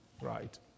right